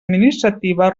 administrativa